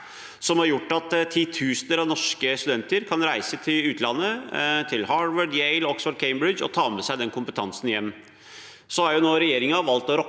som har gjort at titusener av norske studenter kan reise til utlandet – til Harvard, Yale, Oxford og Cambridge – og ta med seg den kompetansen hjem. Regjeringen har nå valgt å rokke